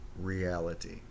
reality